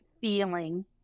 feeling